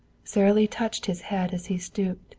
sara lee touched his head as he stooped,